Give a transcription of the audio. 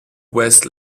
west